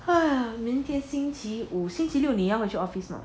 啊明天星期五星期六你要回去 office 呢